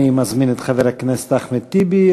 אני מזמין את חבר הכנסת אחמד טיבי,